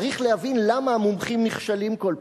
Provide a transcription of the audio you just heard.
צריך להבין למה המומחים נכשלים כל פעם.